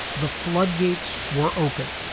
the floodgates were open.